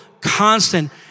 Constant